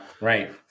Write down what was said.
right